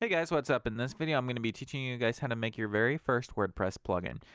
hey guys what's up? in this video i'm going to be teaching you guys how to make your very first wordpress plugin.